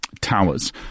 towers